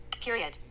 Period